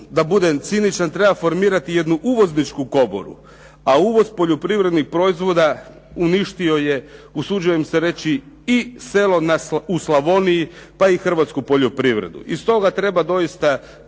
da budem ciničan treba formirati jednu uvozničku komoru, a uvoz poljoprivrednih proizvoda uništio je usuđujem se reći i selo u Slavoniji, pa i hrvatsku poljoprivredu. I stoga treba doista